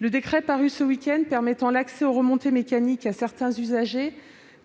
Le décret paru ce week-end permettant l'accès aux remontées mécaniques à certains usagers,